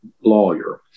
lawyer